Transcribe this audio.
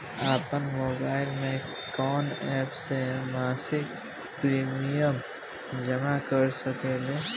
आपनमोबाइल में कवन एप से मासिक प्रिमियम जमा कर सकिले?